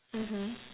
mmhmm